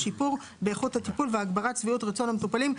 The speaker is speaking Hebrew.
שיפור באיכות הטיפול והגברת שביעות רצון המטופלים.